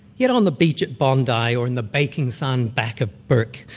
yet on the beach at bondi or in the baking sun back of burke,